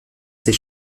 ses